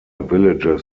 villages